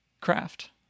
Craft